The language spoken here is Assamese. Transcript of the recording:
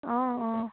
অঁ অঁ